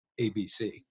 ABC